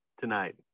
tonight